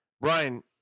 Brian